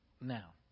now